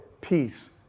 peace